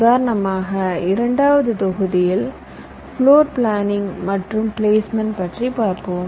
உதாரணமாக இரண்டாவது தொகுதியில் ப்ளோர் பிளானிங் மற்றும் பிளேஸ்மெண்ட் பற்றி பார்ப்போம்